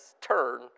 turn